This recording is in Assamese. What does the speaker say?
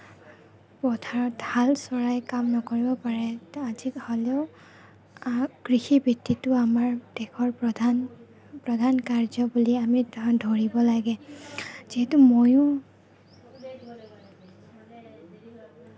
পথাৰত হাল চৰাই কাম নকৰিব পাৰে হ'লেও কৃষি বৃত্তিটো আমাৰ দেশৰ প্ৰধান প্ৰধান কাৰ্য বুলি আমি ধৰিব লাগে যিহেতু ময়ো